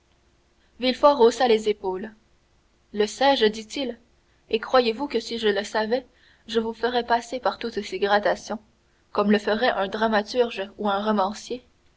villefort haussa les épaules le sais-je dit-il et croyez-vous que si je le savais je vous ferais passer par toutes ces gradations comme le ferait un dramaturge ou un romancier